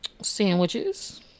Sandwiches